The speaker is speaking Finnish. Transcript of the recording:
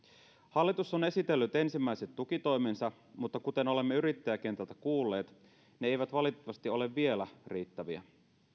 hallitus on esitellyt ensimmäiset tukitoimensa mutta kuten olemme yrittäjäkentältä kuulleet ne eivät valitettavasti ole vielä riittäviä